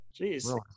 jeez